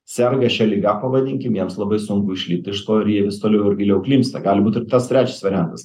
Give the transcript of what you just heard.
serga šia liga pavadinkim jiems labai sunku išlipti iš to ir jie vis toliau ir giliau klimpsta gali būt ir tas trečias variantas